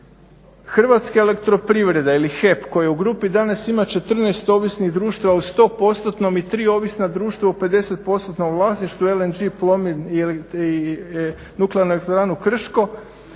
Hrvatska elektroprivreda ili HEP koji u grupi danas ima 14 ovisnih društava u sto postotnom i 3 ovisna društva u 50 postotnom vlasništvu LNG, Plomin i nuklearnu elektranu Krško.